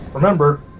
Remember